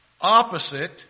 opposite